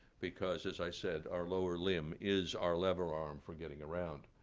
because as i said, our lower limb is our lever arm for getting around.